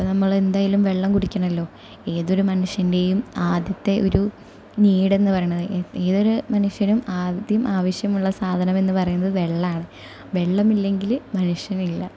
അപ്പോൾ നമ്മളെന്തായാലും വെള്ളംകുടിക്കണമല്ലോ ഏതൊരു മനുഷ്യൻ്റെയും ആദ്യത്തെ ഒരു നീഡെന്നുപറയുന്നത് ഏതൊരു മനുഷ്യനും ആദ്യം ആവശ്യമുള്ള സാധനം എന്നു പറയുന്നത് വെള്ളമാണ് വെള്ളം ഇല്ലെങ്കിൽ മനുഷ്യൻ ഇല്ല